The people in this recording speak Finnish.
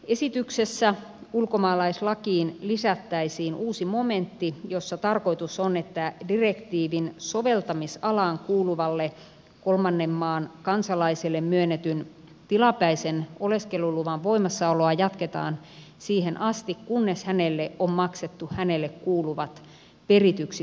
esityksessä ulkomaalaislakiin lisättäisiin uusi momentti jossa tarkoitus on että direktiivin soveltamisalaan kuuluvalle kolmannen maan kansalaiselle myönnetyn tilapäisen oleskeluluvan voimassaoloa jatketaan siihen asti kunnes hänelle on maksettu hänelle kuuluvat perityksi saadut palkkasaatavat